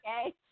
Okay